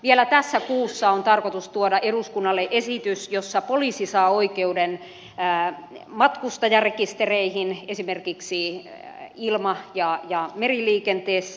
vielä tässä kuussa on tarkoitus tuoda eduskunnalle esitys jossa poliisi saa oikeuden matkustajarekistereihin esimerkiksi ilma ja meriliikenteessä